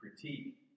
critique